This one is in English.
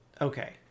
okay